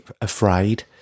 afraid